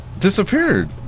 Disappeared